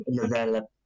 develop